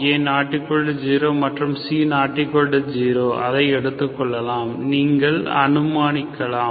A≠0 மற்றும் C≠0 அதை எடுத்துக் கொள்ளலாம் நீங்கள் அனுமானிக்கலாம்